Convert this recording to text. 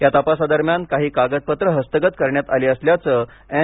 या तपासादरम्यान काही कागदपत्रे हस्तगत करण्यात आली असल्याचं एन